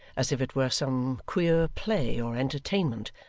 as if it were some queer play or entertainment,